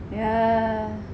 yeah